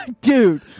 Dude